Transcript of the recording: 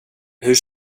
hur